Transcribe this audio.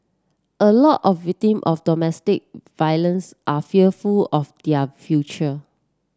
a lot of victim of domestic violence are fearful of their future